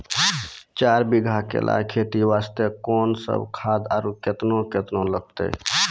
चार बीघा केला खेती वास्ते कोंन सब खाद आरु केतना केतना लगतै?